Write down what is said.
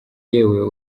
yewe